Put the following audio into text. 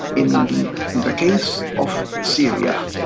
in the case of syria,